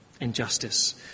Injustice